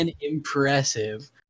impressive